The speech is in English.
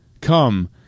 Come